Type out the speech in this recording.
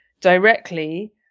directly